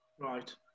Right